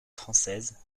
française